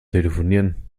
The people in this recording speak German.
telefonieren